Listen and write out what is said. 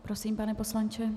Prosím, pane poslanče.